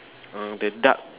uh the duck